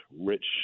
rich